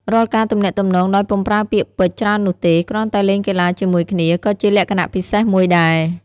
រាល់ការទំនាក់ទំនងដោយពុំប្រើពាក្យពេចន៍ច្រើននោះទេ គ្រាន់តែលេងកីឡាជាមួយគ្នា ក៏ជាលក្ខណៈពិសេសមួយដែរ។